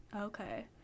Okay